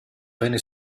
venne